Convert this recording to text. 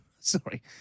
Sorry